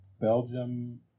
Belgium